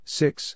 six